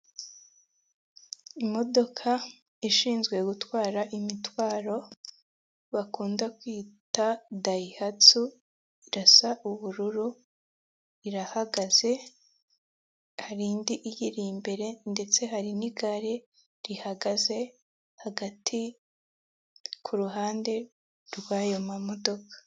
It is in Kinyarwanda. Umuhanda wa kaburimbo uri kugendamo umugore hagaragara icyapa kirekire kiri mu ibara ry'ubururu cyanditsemo inyuguti nini ya P hakoreshejwe ibara ry'umweru munsi hashushanyije imodoka y'umweru itwara abagenzi ku mpande hagaragara indabo ndetse n'ibiti .